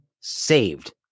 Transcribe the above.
saved